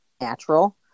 natural